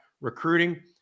recruiting